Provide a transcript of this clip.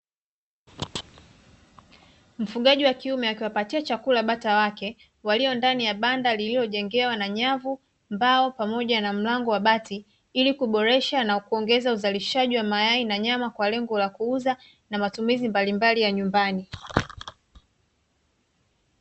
Mfugaji wa kiume akiwapatia chakula bata wake, walio ndani ya banda lililojengewa na nyavu, mbao pamoja na mlango wa bati, ili kuboresha na kuongeza uzalishaji wa mayai na nyama kwa lengo la kuuza na matumizi mbalimbali ya nyumbani.